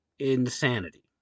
insanity